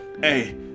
hey